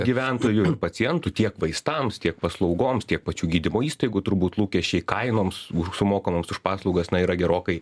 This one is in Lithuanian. gyventojų pacientų tiek vaistams tiek paslaugoms tiek pačių gydymo įstaigų turbūt lūkesčiai kainoms už sumokamoms už paslaugas na yra gerokai